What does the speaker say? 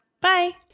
Bye